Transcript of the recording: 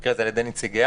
במקרה הזה על-ידי נציגיה,